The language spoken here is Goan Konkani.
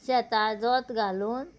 शेतां जोत घालून